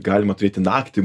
galima turėti naktį